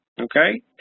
okay